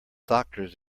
doctors